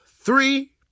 three